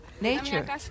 Nature